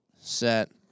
set